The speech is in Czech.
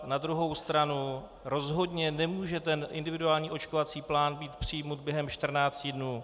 Na druhou stranu rozhodně nemůže ten individuální očkovací plán být přijat během 14 dnů.